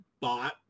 bought